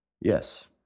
Yes